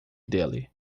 dele